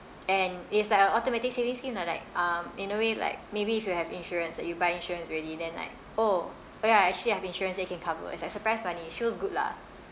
and it's like a automatic saving scheme lah like um in a way like maybe if you have insurance that you buy insurance already then like oh ya actually I have insurance that can cover it's like surprise money which is good lah